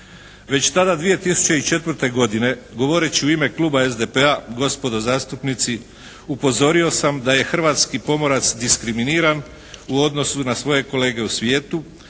Već tada 2004. godine govoreći u ime Kluba SDP-a gospodo zastupnici upozorio sam da je hrvatski pomorac diskriminiran u odnosu na svoje kolege u svijetu